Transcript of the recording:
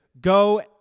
go